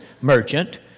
merchant